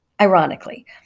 ironically